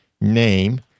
name